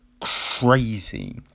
crazy